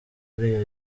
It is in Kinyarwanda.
uriya